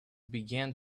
began